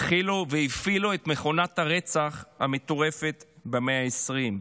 התחילו והפעילו את מכונת הרצח המטורפת במאה ה-20.